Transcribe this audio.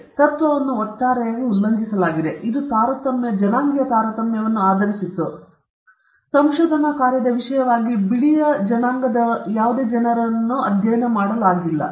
ಇಲ್ಲಿ ತತ್ವವನ್ನು ಒಟ್ಟಾರೆಯಾಗಿ ಉಲ್ಲಂಘಿಸಲಾಗಿದೆ ಇದು ತಾರತಮ್ಯವನ್ನು ಆಧರಿಸಿತ್ತು ಈ ಸಂಶೋಧನಾ ಕಾರ್ಯದ ವಿಷಯವಾಗಿ ಬಿಳಿಯರನ್ನು ಯಾವುದೇ ಅಧ್ಯಯನ ಮಾಡಲಾಗಿಲ್ಲ